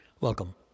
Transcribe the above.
Welcome